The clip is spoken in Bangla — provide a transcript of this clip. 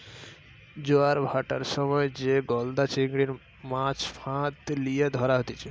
জোয়ার ভাঁটার সময় যে গলদা চিংড়ির, মাছ ফাঁদ লিয়ে ধরা হতিছে